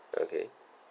okay